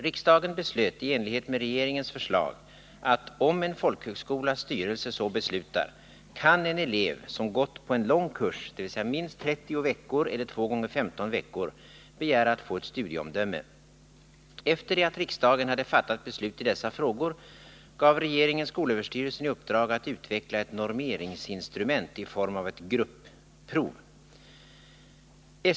Riksdagen beslöt i enlighet med regeringens förslag att, om en folkhögskolas styrelse så beslutar, kan en elev som gått på en lång kurs begära att få ett studieomdöme. Efter det att riksdagen hade fattat beslut i dessa frågor gav regeringen skolöverstyrelsen i uppdrag att utveckla ett normeringsinstrument i form av ett grupprov.